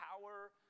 power